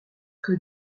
que